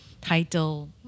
title